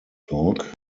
talk